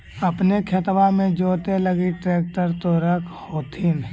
अपने खेतबा मे जोते लगी ट्रेक्टर तो रख होथिन?